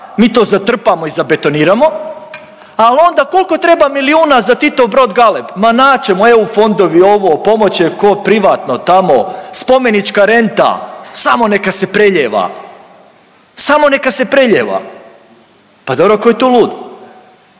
mi to zatrpamo i zabetoniramo, al onda koliko treba milijuna za Titov brod Galeb, ma naći ćemo EU fondovi, ovo pomoć će ko privatno tamo, spomenička renta, samo neka se prelijeva, samo neka se prelijeva. Pa dobro ko je tu lud,